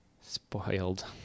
spoiled